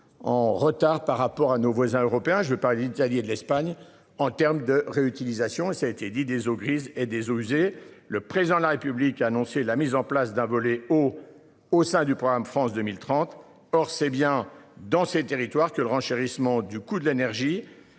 en retard par rapport à nos voisins européens. Je vais parler d'l'Italie de l'Espagne en terme de réutilisation et ça a été dit des eaux grises et des eaux usées. Le président de la République a annoncé la mise en place d'un volet au au sein du programme. France 2030. Or c'est bien dans ces territoires que le renchérissement du coût de l'énergie.